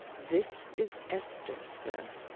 this is esther, sir.